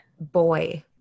boy